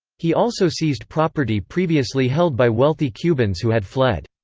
he also seized property previously held by wealthy cubans who had fled.